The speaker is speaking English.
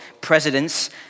presidents